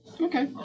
Okay